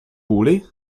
vůli